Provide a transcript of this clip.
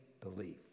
belief